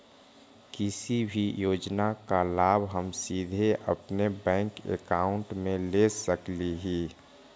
किसी भी योजना का लाभ हम सीधे अपने बैंक अकाउंट में ले सकली ही?